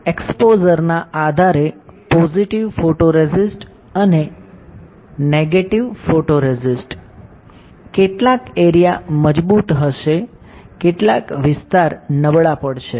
exposure ના આધારે positive photoresist અને નેગેટિવ ફોટોરેસિસ્ટ કેટલાક એરિયા મજબૂત હશે કેટલાક વિસ્તાર નબળા પડશે